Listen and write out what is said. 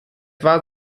war